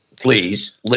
Please